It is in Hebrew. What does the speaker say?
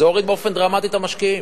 זה הוריד באופן דרמטי את עסקאות המשקיעים.